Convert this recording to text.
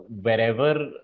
wherever